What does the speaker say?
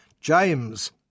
James